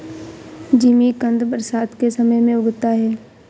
जिमीकंद बरसात के समय में उगता है